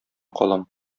калам